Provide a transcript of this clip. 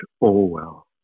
Orwell